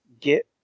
get